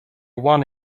one